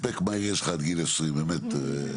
הספק מהיר יש לך עד גיל 20, באמת מרשים.